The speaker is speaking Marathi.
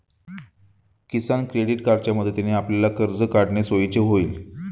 किसान क्रेडिट कार्डच्या मदतीने आपल्याला कर्ज काढणे सोयीचे होईल